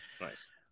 Nice